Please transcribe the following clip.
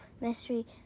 mystery